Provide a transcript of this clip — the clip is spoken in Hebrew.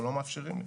אבל לא מאפשרים לי.